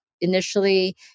initially